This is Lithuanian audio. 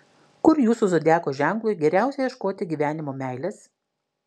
kur jūsų zodiako ženklui geriausia ieškoti gyvenimo meilės